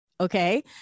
okay